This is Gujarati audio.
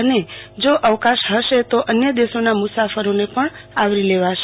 અન જો અવકાશ હશે તો અન્ય દેશોના મુસાફરોને પણ આવરી લેવાશે